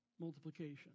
multiplication